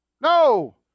No